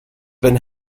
been